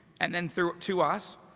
and then through to us,